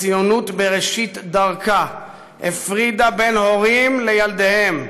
הציונות בראשית דרכה הפרידה בין הורים לילדיהם,